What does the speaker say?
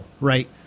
right